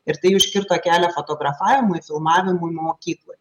ir tai užkirto kelią fotografavimui filmavimui mokykloj